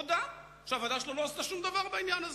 הודה שהוועדה שלו לא עשתה שום דבר בעניין הזה.